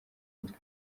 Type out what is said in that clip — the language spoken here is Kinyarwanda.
witwa